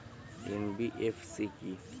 NBFC কী?